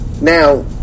Now